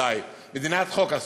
בוודאי, מדינת חוק.